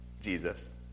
Jesus